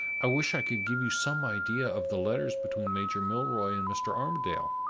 i wish i could give you some idea of the letters between major milroy and mr. armadale